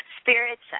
Spirits